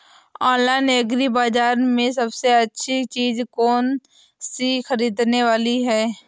Online agri बाजार में सबसे अच्छी चीज कौन सी ख़रीदने वाली है?